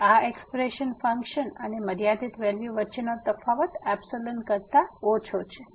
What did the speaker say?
તેથી આ expression function અને મર્યાદિત વેલ્યુ વચ્ચેનો તફાવત ϵ કરતા ઓછો છે